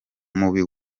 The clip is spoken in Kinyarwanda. mubi